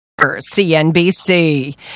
CNBC